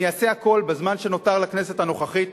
אני אעשה הכול בזמן שנותר לכנסת הנוכחית